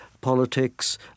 politics